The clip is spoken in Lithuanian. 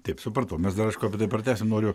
taip supratau mes dar aišku apie tai pratęsim noriu